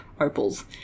opals